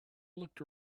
looked